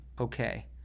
okay